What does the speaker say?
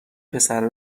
پسره